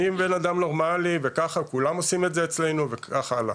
אני בן אדם נורמלי וככה כולם עושים את זה אצלנו וכך הלאה.